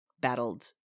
battled